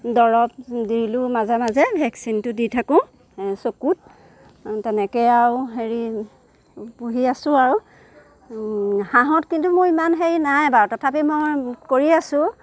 দৰৱ দিলো মাজে মাজে ভেকচিনটো দি থাকো চকুত তেনেকৈ আৰু হেৰি পুহি আছো আৰু হাঁহত কিন্তু মোৰ ইমান হেৰি নাই বাৰু তথাপি মই কৰি আছো